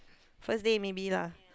first day maybe lah